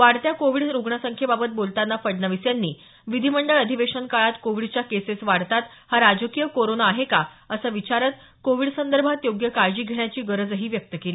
वाढत्या कोविड रुग्णसंख्येबाबत बोलताना फडणवीस यांनी विधीमंडळ अधिवेशन काळात कोविडच्या केसेस वाढतात हा राजकीय कोरोना आहे का असं विचारत कोविड संदर्भात योग्य काळजी घेण्याची गरजही व्यक्त केली